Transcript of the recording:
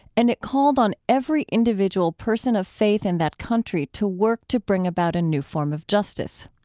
and it called on every individual person of faith in that country to work to bring about a new form of justice.